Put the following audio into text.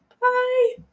Bye